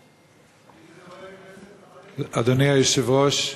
מי זה חבר הכנסת אחרי, אדוני היושב-ראש,